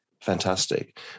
fantastic